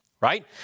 right